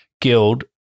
guild